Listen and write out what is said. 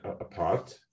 apart